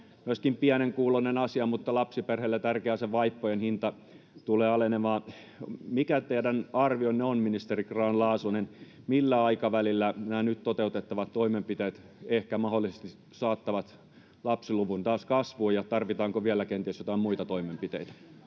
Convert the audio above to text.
Myöskin pienen kuuloinen asia, mutta lapsiperheille tärkeä, on se, että vaippojen hinta tulee alenemaan. Mikä teidän arvionne on, ministeri Grahn-Laasonen, millä aikavälillä nämä nyt toteutettavat toimenpiteet ehkä mahdollisesti saattavat lapsiluvun taas kasvuun, ja tarvitaanko vielä kenties joitain muita toimenpiteitä?